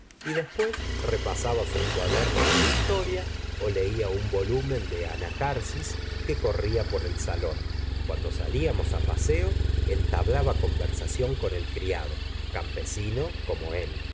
y después repasaba sus cuadernos de historia leía un volúmen de anacarsis que corría por el salón cuando salíamos paseo entablaba conversación con el criado campesino como él